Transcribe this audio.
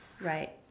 Right